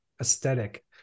aesthetic